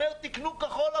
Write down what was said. אומר, תקנו כחול-לבן.